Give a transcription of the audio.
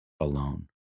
Alone